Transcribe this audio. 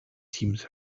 teams